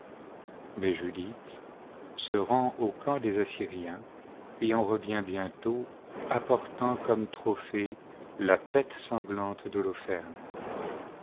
mais judith se rend au camp des assyriens et en revient bientôt apportant comme trophée la tête